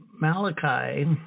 Malachi